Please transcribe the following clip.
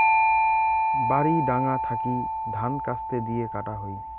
বাড়ি ডাঙা থাকি ধান কাস্তে দিয়ে কাটা হই